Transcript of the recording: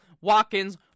Watkins